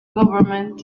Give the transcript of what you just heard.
government